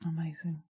amazing